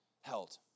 held